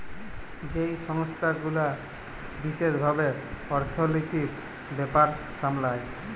যেই সংস্থা গুলা বিশেস ভাবে অর্থলিতির ব্যাপার সামলায়